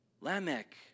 Lamech